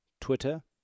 Twitter